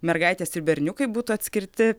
mergaitės ir berniukai būtų atskirti